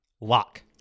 lock